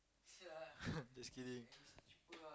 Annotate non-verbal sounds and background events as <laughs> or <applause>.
<laughs> just kidding